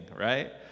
right